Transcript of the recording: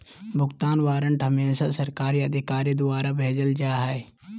भुगतान वारन्ट हमेसा सरकारी अधिकारी द्वारा भेजल जा हय